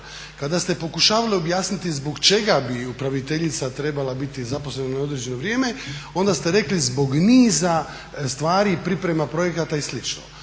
Kada ste pokušavali objasniti zbog čega bi upraviteljica trebala biti zaposlena na određeno vrijeme, onda ste rekli zbog niza stvari i priprema projekata i